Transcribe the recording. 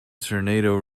tornado